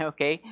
Okay